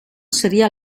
sería